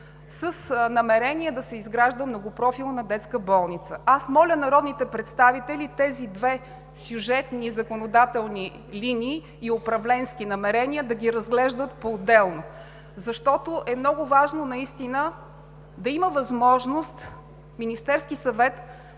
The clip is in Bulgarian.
с намерение да се изгражда многопрофилна детска болница. Аз моля, народните представители тези две сюжетни законодателни линии и управленски намерения да ги разглеждат поотделно, защото е много важно да има възможност Министерският съвет